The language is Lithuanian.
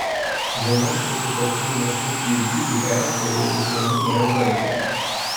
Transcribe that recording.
žemesnį sukauptų investicijų lygį es turėjo tik rumunija ir graikija